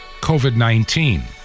COVID-19